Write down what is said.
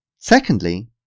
Secondly